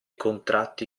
contratti